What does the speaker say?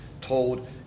told